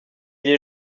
les